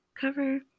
cover